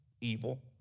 evil